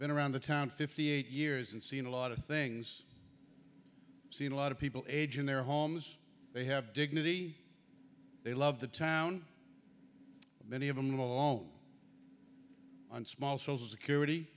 been around the town fifty eight years and seen a lot of things seen a lot of people age in their homes they have dignity they love the town many of them alone and small social security